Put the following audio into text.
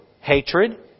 Hatred